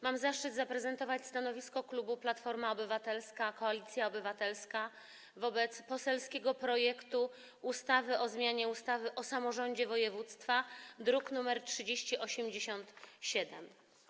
Mam zaszczyt zaprezentować stanowisko klubu Platforma Obywatelska - Koalicja Obywatelska wobec poselskiego projektu ustawy o zmianie ustawy o samorządzie województwa, druk nr 3087.